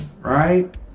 right